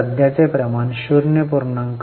तर सध्याचे प्रमाण 0